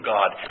God